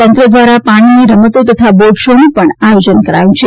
તંત્ર દ્વારા પાણીની રમતો તથા બોટ શોનું પણ આયોજન કરાયું છે